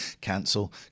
cancel